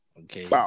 Okay